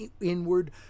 inward